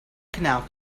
canal